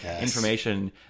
information